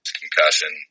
concussion